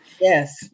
Yes